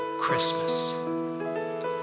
Christmas